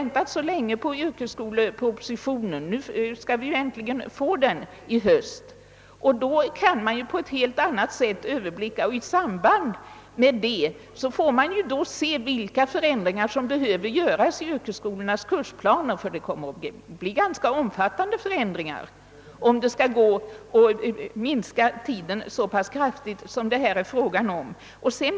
När yrkesskolepropositionen, som vi har väntat så länge på framläggs i höst, kan man på ett helt annat sätt överblicka detta, och i samband därmed får man bedöma vilka förändringar som behöver göras i yrkesskolornas kursplaner — det kommer att krävas ganska omfattande förändringar om det skall gå att minska tiden så pass kraftigt som det här är fråga om.